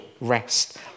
rest